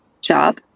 job